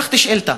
שלחתי שאילתה,